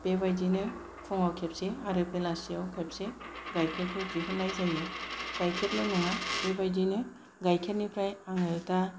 बेबायदिनो फुङाव खेबसे आरो बेलासियाव खेबसे गाइखेरखौ दिहुन्नाय जायो गाइखेरल' नङा बेबायदिनो गाइखेरनिफ्राय आङो दा